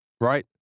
right